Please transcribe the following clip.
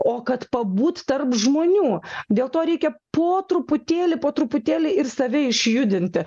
o kad pabūt tarp žmonių dėl to reikia po truputėlį po truputėlį ir save išjudinti